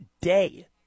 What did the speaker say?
day